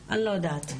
אני לא יודעת.